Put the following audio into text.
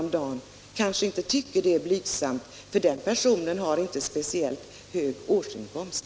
om dagen, kanske inte tycker att det är så blygsamt, för den personen har inte speciellt hög årsinkomst.